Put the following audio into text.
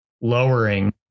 lowering